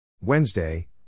Wednesday